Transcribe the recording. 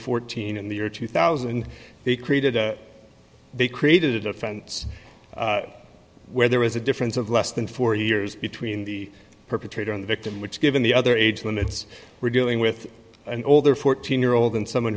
fourteen in the year two thousand and they created a they created offense where there is a difference of less than four years between the perpetrator and victim which given the other age limits we're dealing with and all their fourteen year old and someone